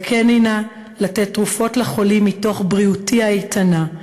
זכני נא לתת תרופות לחולים מתוך בריאותי האיתנה,